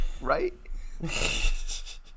Right